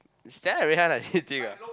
Stella and Rui-Han are dating ah